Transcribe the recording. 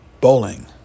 bowling